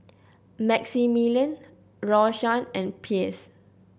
Maximilian Rashawn and Pierce